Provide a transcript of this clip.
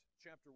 chapter